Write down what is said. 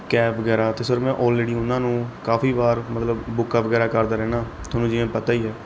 cab ਵਗੈਰਾ ਅਤੇ sir ਮੈਂ ਔਲਰੇਡੀ ਉਹਨਾਂ ਨੂੰ ਕਾਫੀ ਵਾਰ ਮਤਲਬ ਬੁੱਕਾ ਵਗੈਰਾ ਕਰਦਾ ਰਹਿੰਦਾ ਤੁਹਾਨੂੰ ਜਿਵੇਂ ਪਤਾ ਹੀ ਹੈ